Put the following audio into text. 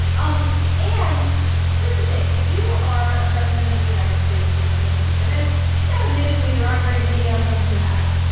um and here's the thing. if you are a president of the united states facing impeachment and, you know, admittedly, there aren't very many of them who have.